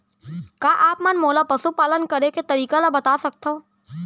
का आप मन मोला पशुपालन करे के तरीका ल बता सकथव?